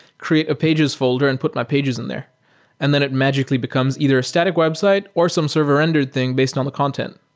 create a pages folder and put my pages in there and then it magically becomes either a static website or some server-rendered thing based on the content.